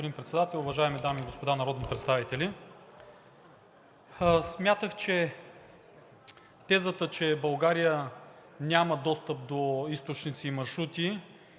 Уважаеми господин Председател, уважаеми дами и господа народни представители! Смятах, че тезата, че България няма достъп до източници и маршрути,